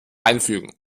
einfügen